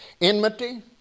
enmity